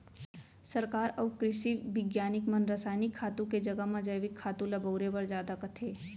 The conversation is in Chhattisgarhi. सरकार अउ कृसि बिग्यानिक मन रसायनिक खातू के जघा म जैविक खातू ल बउरे बर जादा कथें